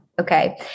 Okay